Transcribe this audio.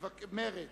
מי בעד?